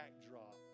backdrop